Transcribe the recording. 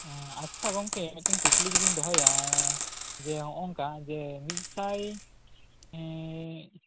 ᱟᱪᱪᱷᱟ ᱜᱚᱢᱠᱮ ᱢᱤᱫᱴᱟᱝ ᱠᱩᱠᱞᱤ ᱡᱩᱫᱤᱧ ᱫᱚᱦᱚᱭᱟ ᱡᱮ ᱦᱚᱜᱼᱚᱭ ᱱᱚᱝᱠᱟ ᱡᱮ ᱢᱤᱫᱥᱟᱭ